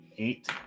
Eight